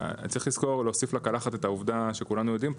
צריך לזכור להוסיף לקלחת את העובדה שכולנו יודעים פה,